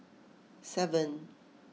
seven